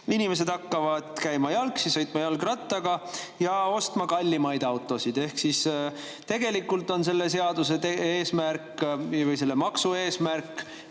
inimesed hakkavad käima jala, sõitma jalgrattaga ja ostma kallimaid autosid. Tegelikult on selle seaduse või selle maksu eesmärk